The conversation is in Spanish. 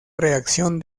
reacción